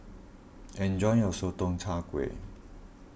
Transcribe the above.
enjoy your Sotong Char Kway